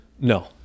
No